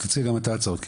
תציע גם אתה הצעות.